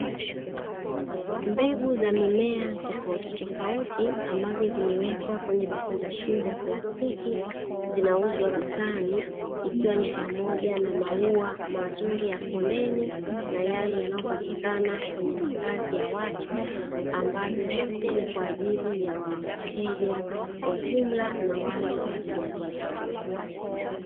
Mbegu za mimea tofautitofauti ambazo zimewekwa kwenye vifungashio vya plastiki, zinauzwa dukani, ikiwa ni pamoja na maua mazuri ya kondeni, na yale yanayopatikana kwenye makazi ya watu, ambavyo vyote ni kwa ajili ya wateja wa jumla na wale wa rejareja.